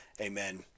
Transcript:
Amen